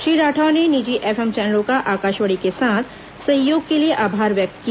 श्री राठौड़ ने निजी F M चैनलों का आकाशवाणी के साथ सहयोग के लिए आभार व्यक्त किया